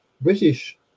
British